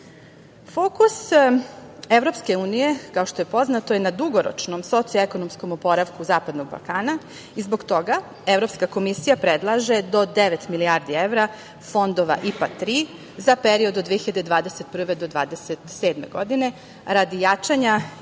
Srbije. Fokus EU, kao što je poznato, na dugoročnom, socijalno-ekonomskom oporavku Zapadnog Balkana i zbog toga ova komisija predlaže do devet milijardi evra fondova IPA 3 za period od 2021. do 2027. godine, radi jačanja